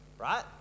right